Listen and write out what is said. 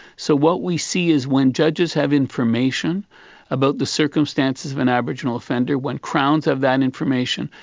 so what we see is when judges have information about the circumstances of an aboriginal offender, when crowns have that information,